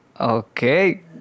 okay